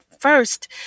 First